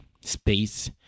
space